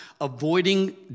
avoiding